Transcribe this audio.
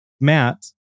Matt